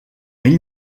ell